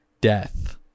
death